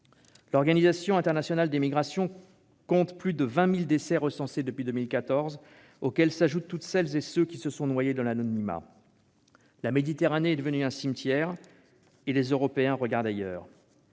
L'Organisation internationale pour les migrations (OIM) compte plus de 20 000 décès recensés depuis 2014, auxquels s'ajoutent tous ceux qui se sont noyés dans l'anonymat. La Méditerranée est devenue un cimetière, et les Européens regardent ailleurs.